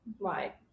right